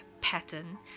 pattern